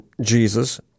Jesus